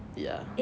ya eh but I heard